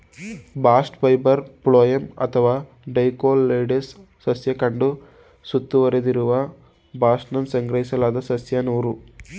bast fibre phloem ಅಥವಾ dicotyledonous ಸಸ್ಯ ಕಾಂಡ ಸುತ್ತುವರೆದಿರುವ ಬಾಸ್ಟ್ನಿಂದ ಸಂಗ್ರಹಿಸಲಾದ ಸಸ್ಯ ನಾರು